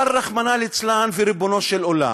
אבל רחמנא ליצלן, וריבונו של עולם,